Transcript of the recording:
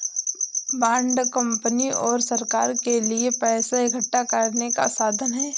bond company और सरकार के लिए पैसा इकठ्ठा करने का साधन है